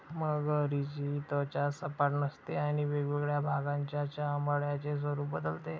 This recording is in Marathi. मगरीची त्वचा सपाट नसते आणि वेगवेगळ्या भागांच्या चामड्याचे स्वरूप बदलते